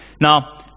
Now